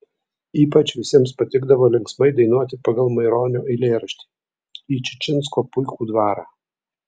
ypač visiems patikdavo linksmai dainuoti pagal maironio eilėraštį į čičinsko puikų dvarą